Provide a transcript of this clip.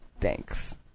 Thanks